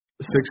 six